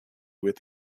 with